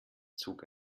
zog